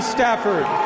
Stafford